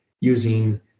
using